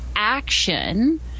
Action